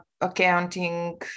accounting